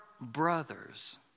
brothers